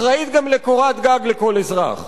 אחראית גם לקורת גג לכל אזרח.